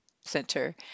center